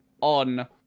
on